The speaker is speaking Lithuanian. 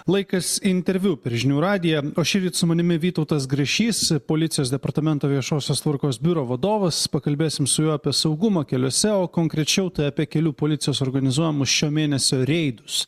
laikas interviu per žinių radiją o šįryt su manimi vytautas grašys policijos departamento viešosios tvarkos biuro vadovas pakalbėsim su juo apie saugumą keliuose o konkrečiau tai apie kelių policijos organizuojamus šio mėnesio reidus